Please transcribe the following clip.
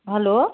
hello